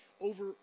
over